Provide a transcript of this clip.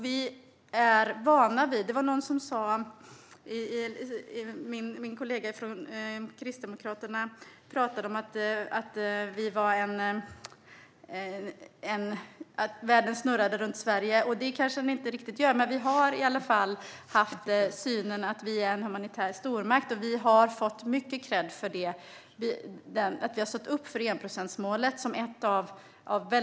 Min kollega från Kristdemokraterna talade om att världen snurrar runt Sverige, och det kanske den inte riktigt gör. Men vi har i alla fall haft synen att vi är en humanitär stormakt, och vi har fått mycket kredd för att vi har stått upp för enprocentsmålet.